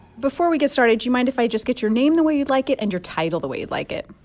before we get started, do you mind if i just get your name the way you'd like it and your title the way you'd like it?